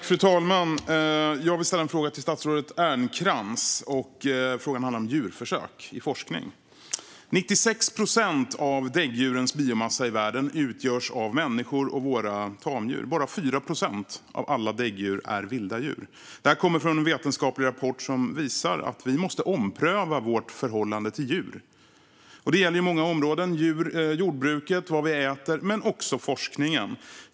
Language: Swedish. Fru talman! Jag vill ställa en fråga till statsrådet Ernkrans. Frågan handlar om djurförsök i forskning. 96 procent av däggdjurens biomassa i världen utgörs av människor och våra tamdjur. Bara 4 procent av alla däggdjur är vilda djur. Det här kommer från en vetenskaplig rapport som visar att vi måste ompröva vårt förhållande till djur. Det gäller på många områden: i jordbruket, i vad vi äter men också i forskningen.